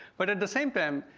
but at the same time,